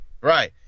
right